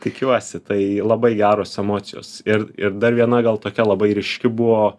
tikiuosi tai labai geros emocijos ir ir dar viena gal tokia labai ryški buvo